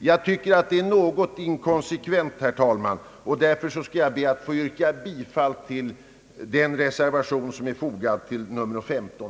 Jag tycker att detta är inkonsekvent, herr talman, och därför ber jag att få yrka bifall till reservation I vid andra lagutskottets utlåtande nr 15.